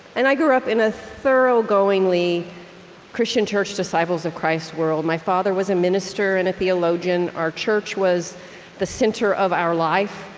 and i grew up in a thorough-goingly christian church, disciples of christ world. my father was a minister and a theologian. our church was the center of our life.